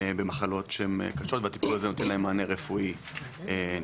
במחלות שהן קשות והטיפול הזה נותן להם מענה רפואי נדרש.